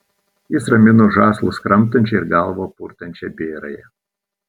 jis ramino žąslus kramtančią ir galvą purtančią bėrąją